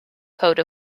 code